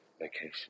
vacation